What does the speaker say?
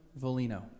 Volino